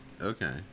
Okay